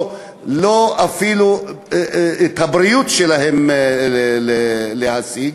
אפילו את הבריאות שלהם לא להשיג,